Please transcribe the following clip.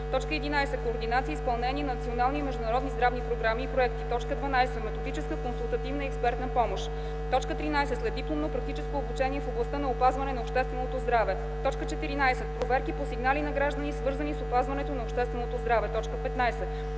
11. координация и изпълнение на национални и международни здравни програми и проекти; 12. методическа, консултативна и експертна помощ; 13. следдипломно практическо обучение в областта на опазване на общественото здраве; 14. проверки по сигнали на граждани, свързани с опазването на общественото здраве; 15.